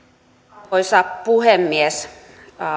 arvoisa puhemies